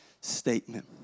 statement